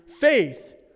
faith